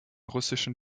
russischen